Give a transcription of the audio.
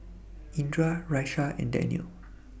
Indra Raisya and Daniel